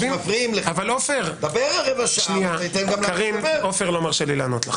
קארין, עופר לא מרשה לי לענות לך.